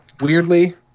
weirdly